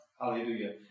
Hallelujah